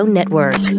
Network